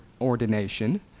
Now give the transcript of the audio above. ordination